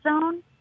zone